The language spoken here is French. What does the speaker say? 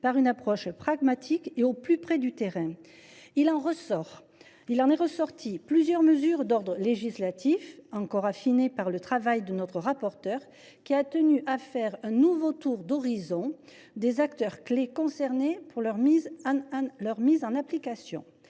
par une approche pragmatique collant au plus près du terrain. Il en est ressorti plusieurs mesures d’ordre législatif, encore affinées par le travail du rapporteur, qui a tenu à faire un nouveau tour d’horizon des acteurs clés concernés par leur mise en application.